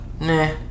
Nah